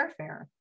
airfare